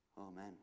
Amen